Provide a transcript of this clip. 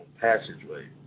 passageway